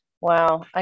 Wow